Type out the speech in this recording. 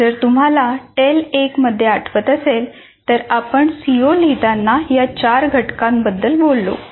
जर तुम्हाला टेल 1 मध्ये आठवत असेल तर आपण सीओ लिहिताना या चार घटकांबद्दल बोललो